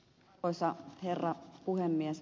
arvoisa herra puhemies